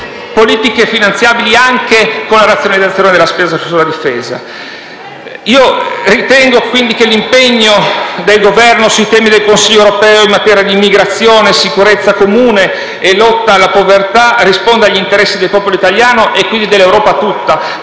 politiche finanziabili anche con la razionalizzazione della spesa per la difesa. Ritengo quindi che l'impegno del Governo sui temi del Consiglio europeo in materia di immigrazione, sicurezza comune e lotta alla povertà risponda agli interessi del popolo italiano e quindi dell'Europa tutta